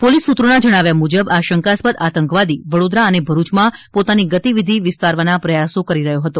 police સૂત્રોના જણાવ્યા મુજબ આ શંકાસ્પદ આતંકવાદી વડોદરા અને ભરૂયમાં પોતાની ગતિવિધિ વિસ્તાવાના પ્રયાસો કરી રહ્યો હતો